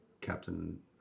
Captain